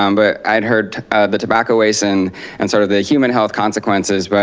um but i'd heard the tobacco waste and and sort of the human health consequences. but,